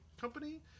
company